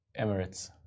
Emirates